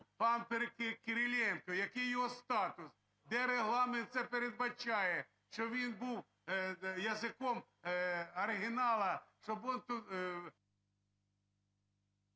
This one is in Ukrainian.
Пан Кириленко - який його статус? Де Регламент це передбачає, що він був "язиком оригінала", щоб....